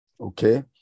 okay